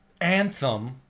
Anthem